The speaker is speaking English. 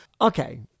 Okay